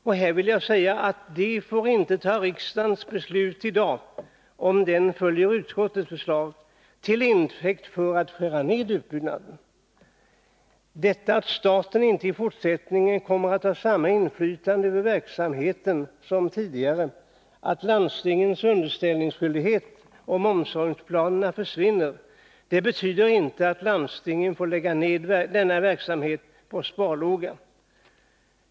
Och här vill jag säga att de får inte ta riksdagens beslut i dag — om den följer utskottets förslag — till intäkt för att skära ned utbyggnaden. Detta att staten inte i fortsättningen kommer att ha samma inflytande över verksamheten som tidigare, att landstingens underställningsskyldighet beträffande omsorgsplanerna försvinner, betyder inte att landstingen får sätta denna verksamhet på sparlåga.